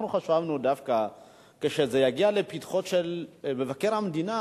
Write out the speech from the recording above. אנחנו חשבנו דווקא כשזה יגיע לפתחו של מבקר המדינה,